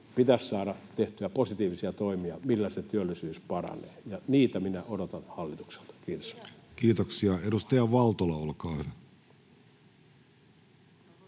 pitäisi saada tehtyä positiivisia toimia, millä se työllisyys paranee, ja niitä minä odotan hallitukselta. — Kiitos. [Speech 135] Speaker: